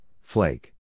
flake